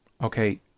okay